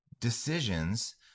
decisions